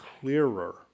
clearer